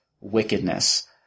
wickedness